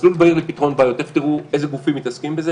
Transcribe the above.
מסלול מהיר לפתרון בעיות תכף תראו איזה גופים מתעסקים בזה.